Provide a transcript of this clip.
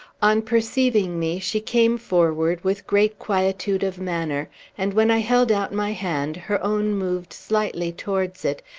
on perceiving me, she came forward with great quietude of manner and when i held out my hand, her own moved slightly towards it,